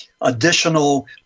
additional